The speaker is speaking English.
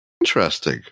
Interesting